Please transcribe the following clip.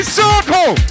circle